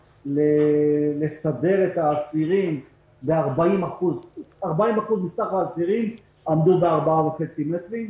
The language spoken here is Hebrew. לסדר את האסירים ו-40% מסך האסירים עמדו ב-4.5 מטרים.